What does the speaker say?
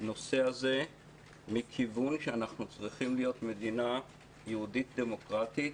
ולנושא הזה מכיוון שאנחנו צריכים להיות מדינה יהודית דמוקרטית,